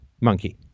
monkey